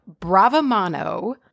Bravamano